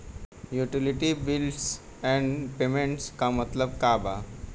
Utility bills and payments क मतलब का बा?